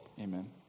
Amen